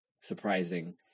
surprising